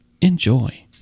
enjoy